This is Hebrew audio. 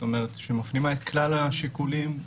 שמפנימה את כלל השיקולים,